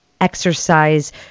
exercise